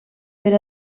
per